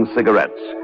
Cigarettes